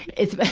it's,